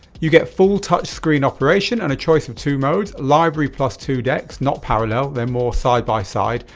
you get full touch screen operation and a choice of two modes. library plus two decks, not parallel, they're more side by side,